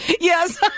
Yes